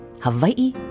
Hawaii